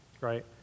right